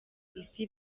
isi